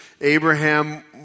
Abraham